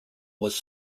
was